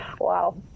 Wow